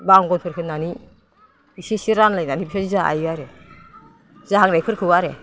बांबरफोर होनानै इसे इसे रानलायनानै बेखौनो जायो आरो जानायफोरखौ आरो